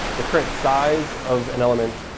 the current size of an element,